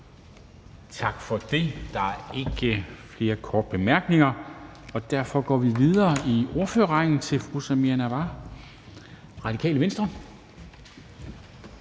Tak for det. Der er ikke flere korte bemærkninger, og derfor går vi videre i ordførerrækken til fru Samira Nawa, Radikale Venstre.